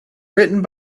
written